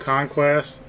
Conquest